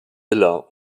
villa